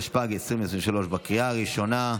התשפ"ג 2023. הצבעה בקריאה הראשונה.